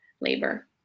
labor